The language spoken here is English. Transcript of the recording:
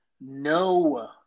no